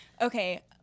Okay